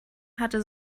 hatte